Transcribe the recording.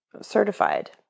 certified